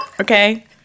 okay